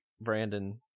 Brandon